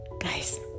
Guys